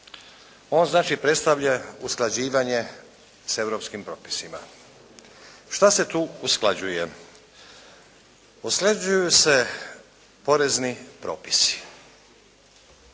On znači predstavlja usklađivanje sa Europskim propisima. Što se tu usklađuje? Usklađuju se porezni propisi.